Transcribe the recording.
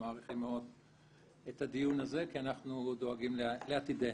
מעריכים מאוד את הדיון הזה כי אנחנו דואגים לעתידנו.